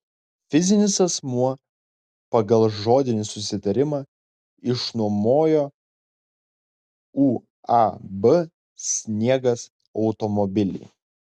fizinis asmuo pagal žodinį susitarimą išnuomojo uab sniegas automobilį